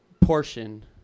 portion